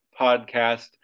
podcast